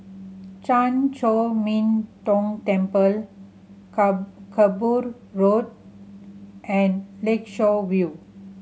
Chan Chor Min Tong Temple Kerbau Road and Lakeshore View